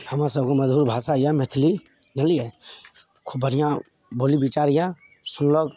हमरा सबके मधुर भाषा यऽ मैथिली बुझलियै खूब बढ़िआँ बोली बिचार यऽ सुलभ